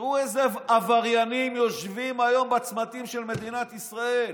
תראו איזה עבריינים יושבים היום בצמתים של מדינת ישראל.